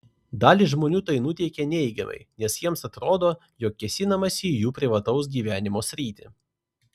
dalį žmonių tai nuteikia neigiamai nes jiems atrodo jog kėsinamasi į jų privataus gyvenimo sritį